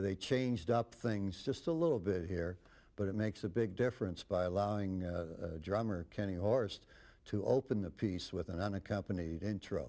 they changed up things just a little bit here but it makes a big difference by allowing drummer kenney or sed to open the piece with an unaccompanied intro